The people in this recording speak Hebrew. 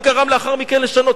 מה גרם לאחר מכן לשינוי?